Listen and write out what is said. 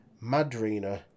Madrina